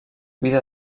vida